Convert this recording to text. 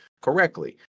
correctly